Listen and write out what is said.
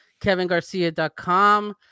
KevinGarcia.com